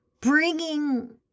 bringing